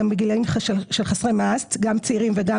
גם בגילים של חסרי מעש צעירים וגם